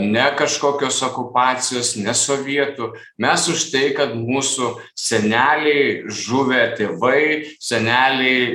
ne kažkokios okupacijos ne sovietų mes už tai kad mūsų seneliai žuvę tėvai seneliai